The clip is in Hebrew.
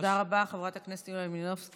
תודה רבה, חברת הכנסת יוליה מלינובסקי.